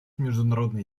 международный